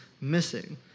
missing